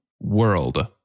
world